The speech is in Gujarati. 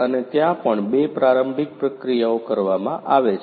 અને ત્યાં પણ બે પ્રારંભિક પ્રક્રિયાઓ કરવામાં આવે છે